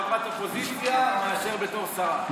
בתור חברת אופוזיציה מאשר בתור שרה.